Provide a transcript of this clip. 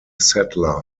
settler